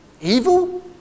evil